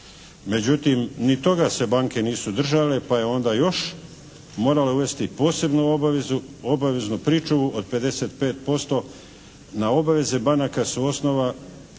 Međutim ni toga se banke nisu držale, pa je onda još morala uvesti posebnu obaveznu pričuvu od 55% na obaveze banaka su osnova obaveze